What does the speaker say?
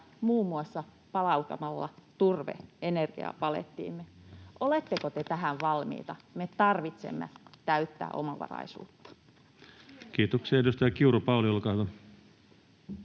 muun muassa palauttamalla turve energiapalettiimme. Oletteko te tähän valmiita? Me tarvitsemme täyttä omavaraisuutta. [Speech 111] Speaker: